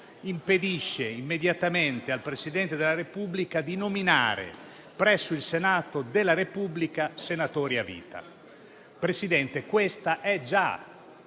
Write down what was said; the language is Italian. impedisce immediatamente al Presidente della Repubblica di nominare presso il Senato della Repubblica senatori a vita. Presidente, questa è già